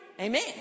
Amen